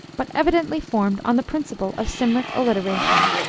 but evidently formed on the principle of cymric alliteration.